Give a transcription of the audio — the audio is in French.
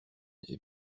est